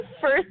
first